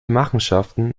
machenschaften